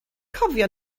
cofio